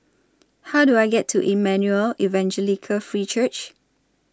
How Do I get to Emmanuel Evangelical Free Church